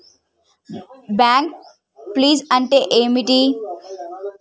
Bank ఫీజ్లు అంటే ఏమిటి?